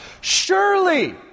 Surely